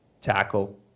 tackle